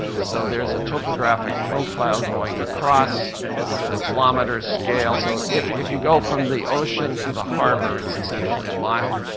so there's a topographic profile going across the kilometer scale. so if if you go from the ocean to the harbor, it's essentially a mile.